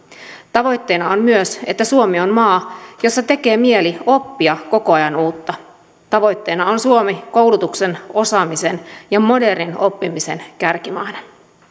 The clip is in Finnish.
tavoitteena on myös että suomi on maa jossa tekee mieli oppia koko ajan uutta tavoitteena on suomi koulutuksen osaamisen ja modernin oppimisen kärkimaana